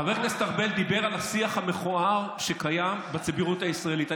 חבר הכנסת ארבל דיבר על השיח המכוער שקיים בציבוריות הישראלית.